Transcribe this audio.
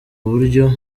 buryo